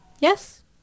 Yes